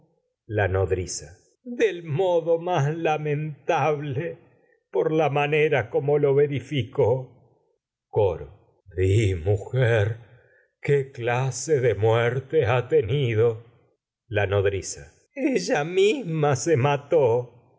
dices se suicidado modo más lamentable por la ma la nodriza del nera como lo verificó coro la di mujer qué clase de muerte ha tenido nodriza ella misma se mató